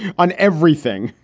on everything.